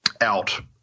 out